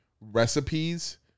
recipes